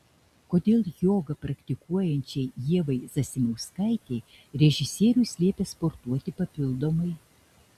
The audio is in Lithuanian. kodėl jogą praktikuojančiai ievai zasimauskaitei režisierius liepė sportuoti papildomai